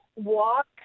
walk